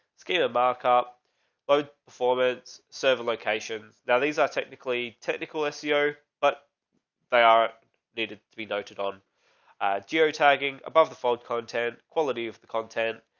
scalable cop performance server locations. now, these are technically technical seo, but they are needed to be noted on geotagging above the fold content quality of the content.